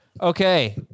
Okay